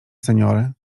seniory